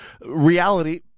Reality